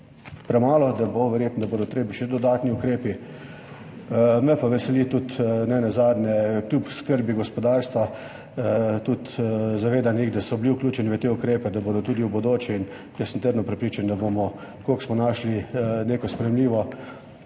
premalo, da bodo verjetno potrebni še dodatni ukrepi. Me pa veseli, nenazadnje kljub skrbi gospodarstva, tudizavedanje, da so bili vključeni v te ukrepe, da bodo tudi v bodoče. Jaz sem trdno prepričan, da bomo, tako kot smo našli neko sprejemljivo